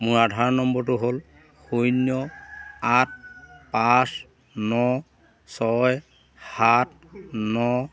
মোৰ আধাৰ নম্বৰটো হ'ল শূন্য আঠ পাঁচ ন ছয় সাত ন